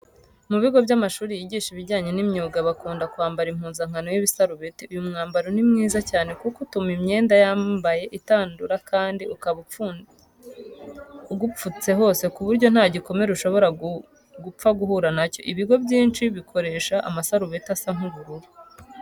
Mu bigo by'amashuri yigisha ibijyanye n'imyuga bakunda kwambara impuzankano y'ibisarubeti. Uyu mwambaro ni mwiza cyane kuko utuma imyenda wambaye itandura kandi ukaba ugupfutse hose ku buryo nta gikomere ushobora gupfa guhura na cyo. Ibigo byinshi bikoresha amasarubeti asa nk'ubururu.